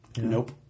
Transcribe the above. Nope